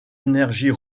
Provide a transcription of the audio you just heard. énergies